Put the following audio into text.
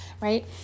right